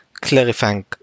clarifying